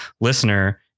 listener